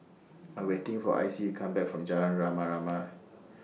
I'm waiting For Icy to Come Back from Jalan Rama Rama